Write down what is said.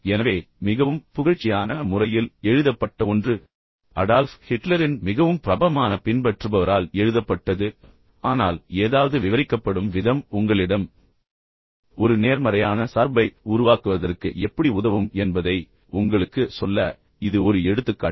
எனவே மிகவும் புகழ்ச்சியான முறையில் எழுதப்பட்ட ஒன்று அடால்ஃப் ஹிட்லரின் மிகவும் பிரபலமான பின்பற்றுபவரால் எழுதப்பட்டது ஆனால் ஏதாவது விவரிக்கப்படும் விதம் உங்களிடம் ஒரு நேர்மறையான சார்பை உருவாக்குவதற்கு எப்படி உதவும் என்பதை உங்களுக்குச் சொல்ல இது ஒரு எடுத்துக்காட்டு